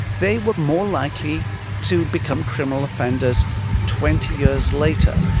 they were more likely to become criminal offenders twenty years later.